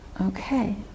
Okay